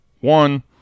One